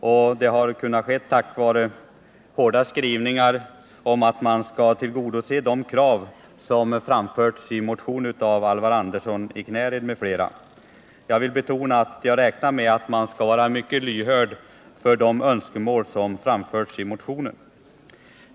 Enigheten har kunnat uppnås tack vare hårda skrivningar om att de krav som har framförts i en motion av Alvar Andersson m.fl. skall tillgodoses. Jag räknar med att man skall vara mycket lyhörd för de önskemål som har framförts i den motionen.